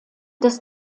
des